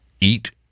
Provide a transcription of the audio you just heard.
Eat